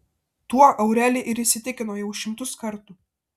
tuo aureli ir įsitikino jau šimtus kartų